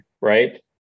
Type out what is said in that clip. right